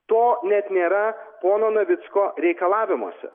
to net nėra pono navicko reikalavimuose